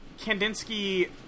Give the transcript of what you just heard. Kandinsky